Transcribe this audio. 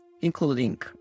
including